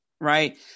right